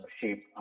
shape